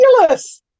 fabulous